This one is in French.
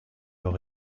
leur